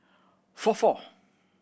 four four